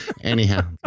Anyhow